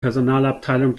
personalabteilung